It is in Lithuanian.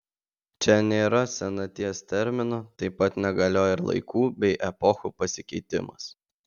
čia nėra senaties termino taip pat negalioja ir laikų bei epochų pasikeitimas